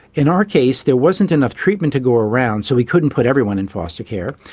in our case there wasn't enough treatment to go around, so we couldn't put everyone in foster care,